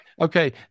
Okay